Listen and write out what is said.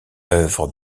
œuvre